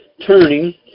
turning